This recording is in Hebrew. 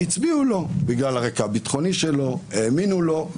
הצביעו לו בגלל הרקע הביטחוני שלו והאמינו לו.